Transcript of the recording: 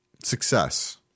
Success